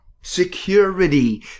security